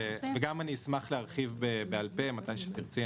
ואשמח להרחיב בעל פה מתי שתרצי,